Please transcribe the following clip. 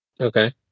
Okay